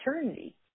eternity